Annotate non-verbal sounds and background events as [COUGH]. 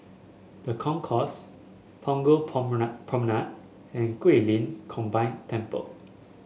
The Concourse Punggol [UNINTELLIGIBLE] Promenade and Guilin Combined Temple